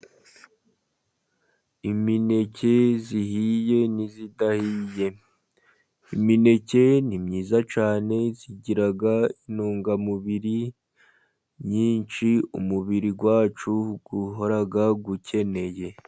Imineke ihiye n'idahiye. Imineke ni myiza cyane, igira intungamubiri nyinshi umubiri wacu uhora ukeneye.